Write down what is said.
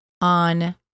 on